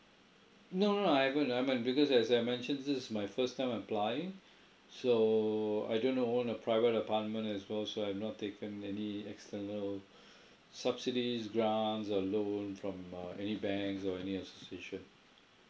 no no no I haven't I haven't because as I mentioned this is my first time apply so I do not own a private apartment as well so I've not taken any external subsidies grants or loan from uh any banks or any association